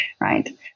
right